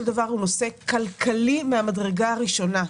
דבר הוא נושא כלכלי מן המדרגה הראשונה,